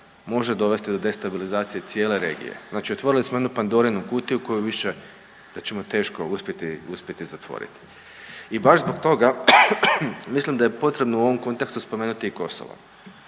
može dovesti do destabilizacije cijele regije. Znači otvorili smo jednu Pandorinu kutiju koju više da ćemo teško uspjeti, uspjeti zatvoriti. I baš zbog toga mislim da je potrebno u ovom kontekstu spomenuti i Kosovo.